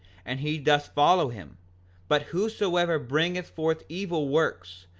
and he doth follow him but whosoever bringeth forth evil works,